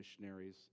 missionaries